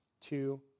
two